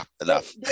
enough